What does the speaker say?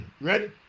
Ready